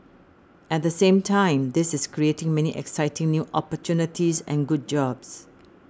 at the same time this is creating many exciting new opportunities and good jobs